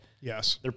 yes